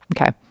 Okay